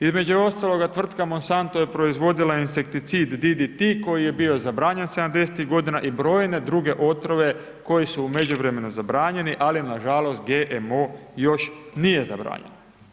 Između ostaloga tvrtka Monsanto je proizvodila insekticid DDT, koji je bio zabranjen '70. godina i brojne druge otrove koji su u međuvremenu zabranjeni, ali nažalost, GMO još nije zabranjen.